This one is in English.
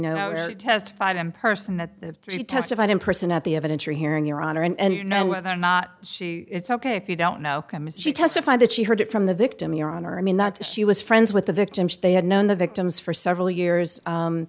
know testified in person that she testified in person at the evidence or here in your honor and you know whether or not she it's ok if you don't know she testified that she heard it from the victim your honor i mean that she was friends with the victims they had known the victims for several years